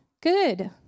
good